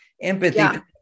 empathy